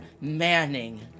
Manning